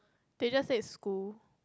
they just said school